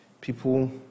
People